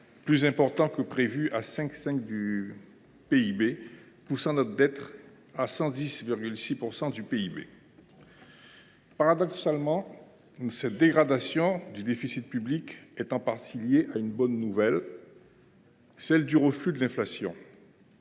plus important que prévu – 5,5 % du PIB –, poussant notre dette à 110,6 % du PIB. Paradoxalement, cette dégradation du déficit public est en partie liée à une bonne nouvelle : le reflux de l’inflation.